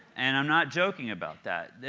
and i'm not joking about that.